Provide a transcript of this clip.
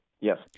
Yes